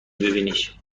ببینیش